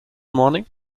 morning